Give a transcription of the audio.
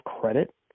credit